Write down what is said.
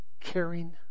caring